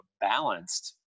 balanced